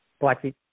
Blackfeet